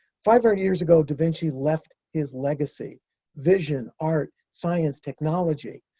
five hundred years ago, da vinci left his legacy vision, art, science, technology.